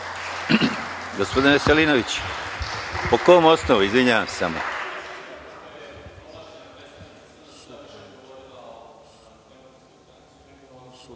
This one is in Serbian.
Gospodine Veselinoviću po kom osnovu, izvinjavam